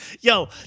yo